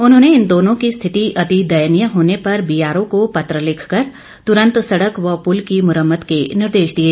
उन्होंने इन दोनों की स्थिति अति दयनीय होने पर बीआरओ को पत्र लिखकर तुरंत सडक व पूल की मुरम्मत के निर्देश दिए